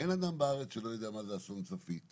אין אדם בארץ שלא יודע מה זה אסון צפית,